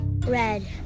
Red